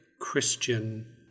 Christian